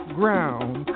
ground